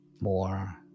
more